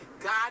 God